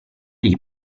gli